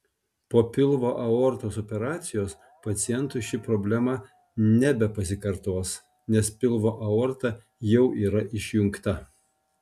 po pilvo aortos operacijos pacientui ši problema nebepasikartos nes pilvo aorta jau yra išjungta